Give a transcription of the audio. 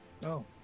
No